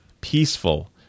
peaceful